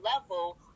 level